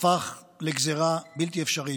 הפך לגזרה בלתי אפשרית.